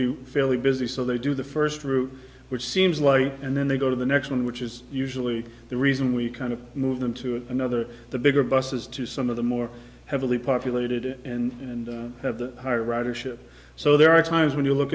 be fairly busy so they do the first route which seems like and then they go to the next one which is usually the reason we kind of move them to another the bigger buses to some of the more heavily populated and have the higher ridership so there are times when you look